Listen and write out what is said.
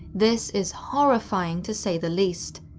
this is horrifying to say the least.